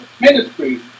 ministry